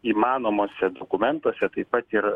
įmanomuose dokumentuose taip pat ir